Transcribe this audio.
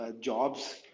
jobs